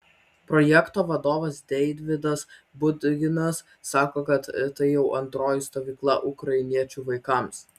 projekto vadovas deividas budginas sako kad tai jau antroji stovykla ukrainiečių vaikams